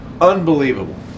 unbelievable